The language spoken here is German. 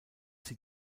sie